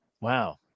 wow